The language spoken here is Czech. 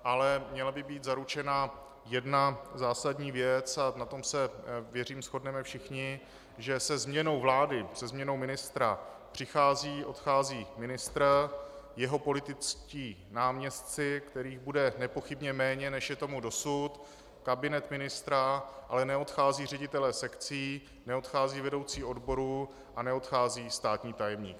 Ale měla by být zaručena jedna zásadní věc, a na tom se, věřím, shodneme všichni, že se změnou vlády, se změnou ministra, přichází odchází ministr, jeho političtí náměstci, kterých bude nepochybně méně, než je tomu dosud, kabinet ministra, ale neodcházejí ředitelé sekcí, neodcházejí vedoucí odborů a neodchází státní tajemník.